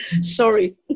sorry